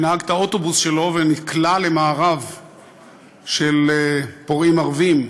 שנהג את האוטובוס שלו ונקלע למארב של פורעים ערבים.